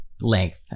length